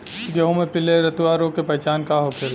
गेहूँ में पिले रतुआ रोग के पहचान का होखेला?